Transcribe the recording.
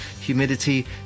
humidity